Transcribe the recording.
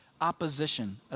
opposition